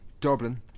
Dublin